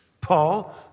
Paul